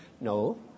No